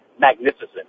Magnificent